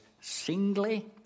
singly